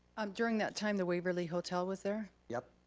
um during that time, the waverly hotel was there? yep.